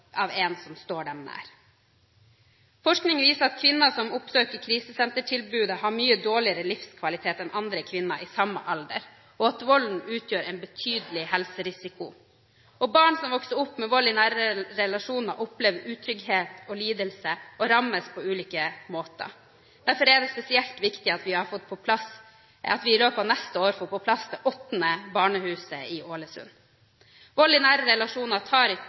av en som står dem nær. Forskning viser at kvinner som oppsøker krisesentertilbudet, har mye dårligere livskvalitet enn andre kvinner på samme alder, og at volden utgjør en betydelig helserisiko. Barn som vokser opp med vold i nære relasjoner, opplever utrygghet og lidelse og rammes på ulike måter. Derfor er det spesielt viktig at vi i løpet av neste år får på plass det åttende barnehuset – i Ålesund. Vold i nære relasjoner tar